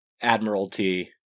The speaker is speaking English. Admiralty